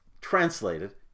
Translated